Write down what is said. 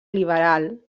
liberal